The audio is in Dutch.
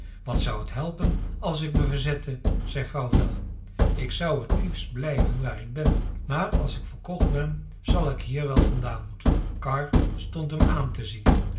wat zou het helpen als ik me verzette zei grauwvel ik zou t liefst blijven waar ik ben maar als ik verkocht ben zal ik hier wel vandaan moeten karr stond hem aan te zien